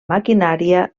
maquinària